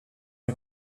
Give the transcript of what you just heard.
est